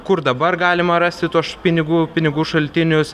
kur dabar galima rasti tuoš pinigų pinigų šaltinius